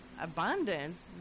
abundance